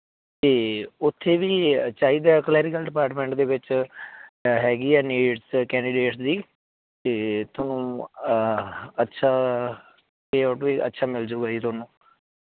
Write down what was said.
ਅਤੇ ਉੱਥੇ ਵੀ ਚਾਹੀਦਾ ਕਲੈਰੀਕਲ ਡਿਪਾਰਟਮੈਂਟ ਦੇ ਵਿੱਚ ਹੈਗੀ ਹੈ ਨੀਡਸ ਕੈਂਡੀਡੇਟਸ ਦੀ ਅਤੇ ਤੁਹਾਨੂੰ ਅੱਛਾ ਪੇ ਆਊਟ ਵੀ ਅੱਛਾ ਮਿਲ ਜੂਗਾ ਜੀ ਤੁਹਾਨੂੰ